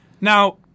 Now